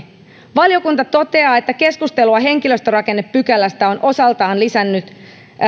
valiokunta toteaa että keskustelua henkilöstörakennepykälästä on osaltaan lisännyt